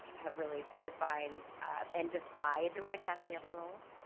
have really defined and defied, you wanna cast the other roles?